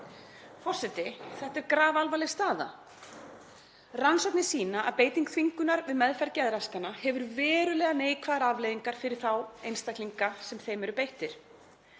Forseti. Þetta er grafalvarleg staða. Rannsóknir sýna að beiting þvingunar við meðferð geðraskana hefur verulegar neikvæðar afleiðingar fyrir þá einstaklinga sem eru beittir